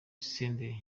senderi